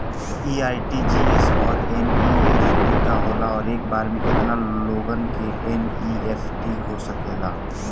इ आर.टी.जी.एस और एन.ई.एफ.टी का होला और एक बार में केतना लोगन के एन.ई.एफ.टी हो सकेला?